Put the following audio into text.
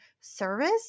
service